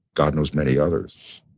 god knows, many others,